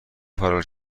فرار